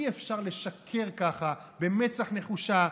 אי-אפשר לשקר ככה במצח נחושה.